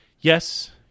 yes